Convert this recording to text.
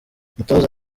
umutoza